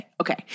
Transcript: Okay